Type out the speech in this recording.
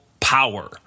Power